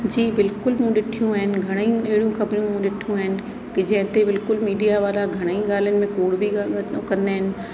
जी बिल्कुलु मूं ॾिठियूं आहिनि घणई अहिड़ी ख़बरूं ॾिठियूं आहिनि कि जंहिं ते बिल्कुलु मीडिया वारा घणई ॻाल्हियुनि में कूड़ बि कंदा आहिनि